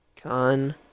Con